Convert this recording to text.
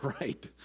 right